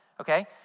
okay